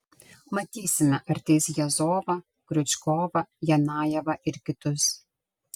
matysime ar teis jazovą kriučkovą janajevą ir kitus